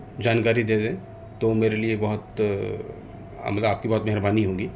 جانکاری دے دیں تو میرے لیے بہت مطلب آپ کی بہت مہربانی ہوگی